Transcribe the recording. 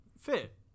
fit